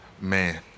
man